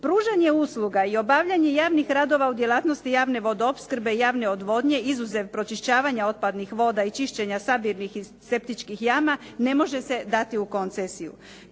Pružanje usluga i obavljanje javnih radova u djelatnosti javne vodoopskrbe i javne odvodnje izuzev pročišćavanja otpadnih voda i čišćenja sabirnih i septičkih jama ne može se dati u koncesiju.